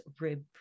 rib